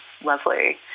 lovely